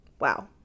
Wow